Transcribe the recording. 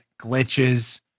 glitches